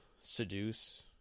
seduce